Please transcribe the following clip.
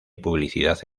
publicidad